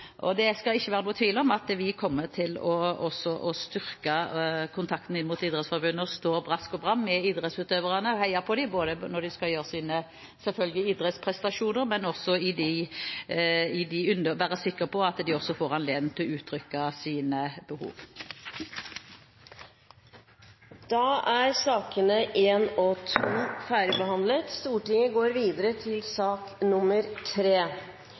Det skal ikke være noen tvil om at vi også kommer til å styrke kontakten inn mot Idrettsforbundet og stå last og brast med idrettsutøverne og heie på dem, ikke bare når de skal gjøre sine idrettsprestasjoner, selvfølgelig. Vi vil også være sikre på at de får anledning til å uttrykke sine behov. Da er sakene nr. 1 og 2 ferdigbehandlet. Det direkte utgangspunktet for mitt spørsmål til